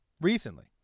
recently